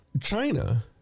China